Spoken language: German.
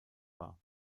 war